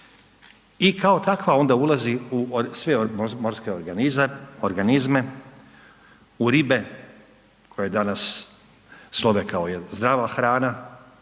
i kao takva onda ulazi u sve morske organizme, u ribe koje danas slove kao zdrava hrana,